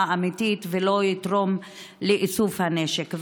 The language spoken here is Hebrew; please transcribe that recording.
אמיתית והוא לא יתרום לאיסוף הנשק,